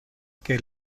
che